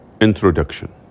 introduction